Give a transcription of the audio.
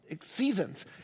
seasons